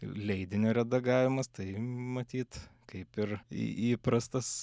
leidinio redagavimas tai matyt kaip ir į įprastas